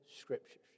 Scriptures